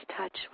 touch